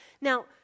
Now